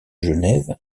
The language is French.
genève